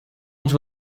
onde